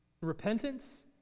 Repentance